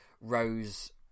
Rose